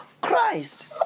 Christ